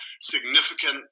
significant